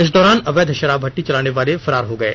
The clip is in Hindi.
इस दौरान अवैध शराब भट्ठी चलाने वाले फरार हो गये